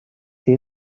she